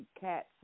cats